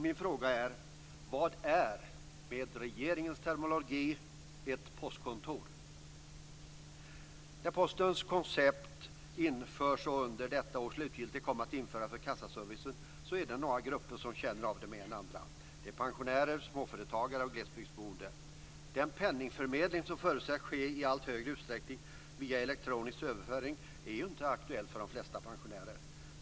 Min fråga är: Vad är, med regeringens terminologi, ett postkontor? När Postens koncept införs och under detta år slutgiltigt införs för kassaservicen är det några grupper som känner av det mer än andra: pensionärer, småföretagare och glesbygdsboende. Den penningförmedling som förutsätts ske i allt större utsträckning via elektronisk överföring är ju inte aktuell för de flesta pensionärer.